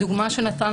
הדוגמה שנתן,